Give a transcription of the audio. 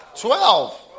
Twelve